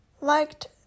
liked